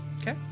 Okay